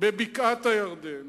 בבקעת-הירדן